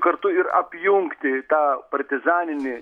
kartu ir apjungti tą partizaninį